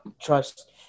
trust